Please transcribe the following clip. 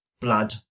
blood